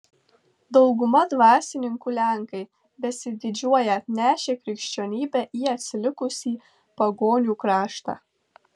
dauguma dvasininkų lenkai besididžiuoją atnešę krikščionybę į atsilikusį pagonių kraštą